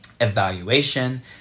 evaluation